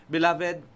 Beloved